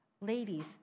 Ladies